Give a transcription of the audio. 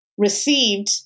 received